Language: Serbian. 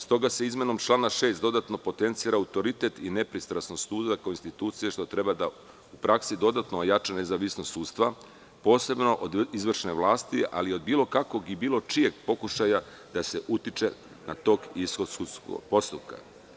Stoga se izmenom člana 6. dodatno potencira autoritet i nepristrasnost suda kao institucije, što treba da u praksi dodatno ojača nezavisnost sudstva, posebno od izvršne vlasti, ali i od bilo kakvog i bilo čijeg pokušaja da se utiče na tok i ishod sudskog postupka.